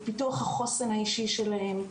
לפיתוח החוסן האישי שלהם,